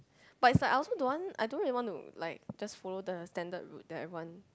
but it's like I also don't want I don't really want to like just follow the standard route that everyone